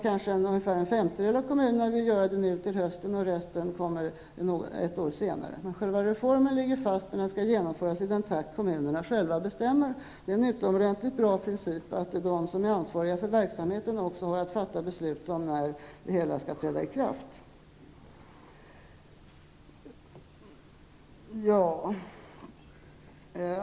Kanske ungefär en femtedel av kommunerna vill göra det nu och resten kommer ett år senare, men själva reformen ligger fast, och den skall genomföras i den takt kommunerna själva bestämmer. Det är en utomordentligt bra princip att de som är ansvariga för verksamheten också har att fatta beslut om när det hela skall träda i kraft.